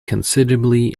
considerably